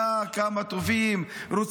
כמה טובים הם,